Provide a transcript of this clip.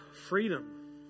freedom